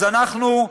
אז אנחנו,